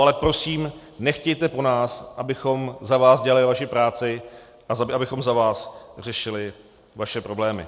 Ale prosím, nechtějte po nás, abychom za vás dělali vaši práci a abychom za vás řešili vaše problémy.